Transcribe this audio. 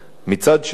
מצד שני,